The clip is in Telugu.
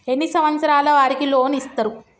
ఎన్ని సంవత్సరాల వారికి లోన్ ఇస్తరు?